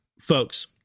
folks